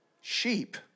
Sheep